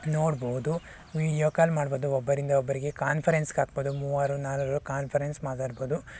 ನೋಡ್ಬೋದು video call ಮಾಡ್ಬೋದು ಒಬ್ಬರಿಂದ ಒಬ್ಬರಿಗೆ ಕಾನ್ಫರೆನ್ಸ್ಗಾಕ್ಬೋದು ಮೂವರು ನಾಲ್ವರು ಕಾನ್ಫರೆನ್ಸ್ ಮಾತಾಡ್ಬೋದು